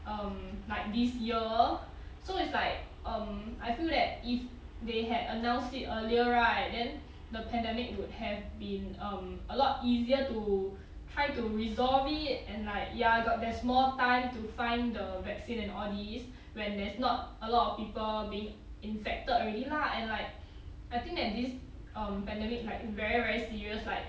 um like this year so it's like um I feel that if they had announced it earlier right then the pandemic would have been um a lot easier to try to resolve it and like ya got there's more time to find the vaccine and all these when there's not a lot of people being infected already lah and like I think that this um pandemic like very very serious like